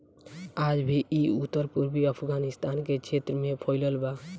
आज भी इ उत्तर पूर्वी अफगानिस्तान के क्षेत्र में फइलल बा